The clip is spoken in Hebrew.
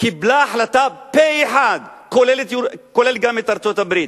קיבלה החלטה פה-אחד, כולל ארצות-הברית,